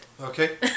Okay